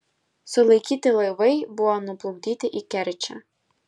sulaikyti laivai buvo nuplukdyti į kerčę